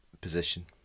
position